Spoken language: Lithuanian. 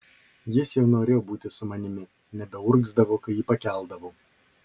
jis jau norėjo būti su manimi nebeurgzdavo kai jį pakeldavau